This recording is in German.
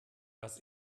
was